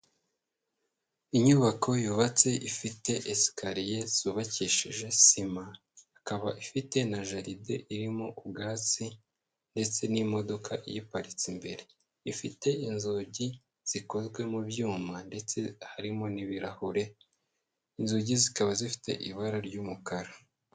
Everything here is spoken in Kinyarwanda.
Inyubako yubatse ifite esikarie zubakishije sima, ikaba ifite na jaride irimo ubwatsi, ndetse n'imodoka iyiparitse imbere, ifite inzugi zikozwe mu byuma ndetse harimo n'ibirahure, inzugi zikaba zifite ibara ry'umukara.